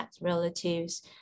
relatives